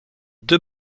deux